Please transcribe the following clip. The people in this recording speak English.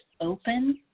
open